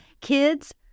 Kids